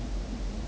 mm